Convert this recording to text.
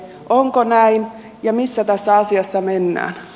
onko näin ja missä tässä asiassa mennään